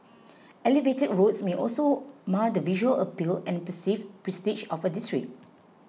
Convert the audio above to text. elevated roads may also mar the visual appeal and perceived prestige of a district